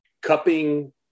cupping